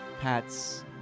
Pat's